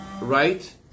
right